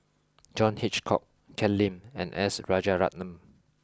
John Hitchcock Ken Lim and S Rajaratnam